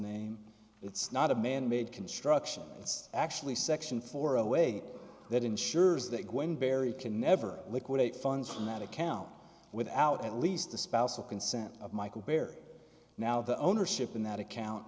name it's not a manmade construction it's actually section for a way that ensures that when barry can never liquidate funds from that account without at least the spouse of consent of michael bear now the ownership in that account